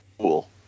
cool